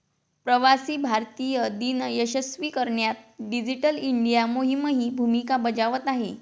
प्रवासी भारतीय दिन यशस्वी करण्यात डिजिटल इंडिया मोहीमही भूमिका बजावत आहे